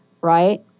right